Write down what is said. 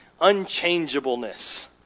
unchangeableness